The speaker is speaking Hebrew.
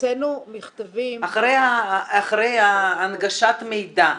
אחרי הנגשת המידע.